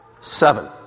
seven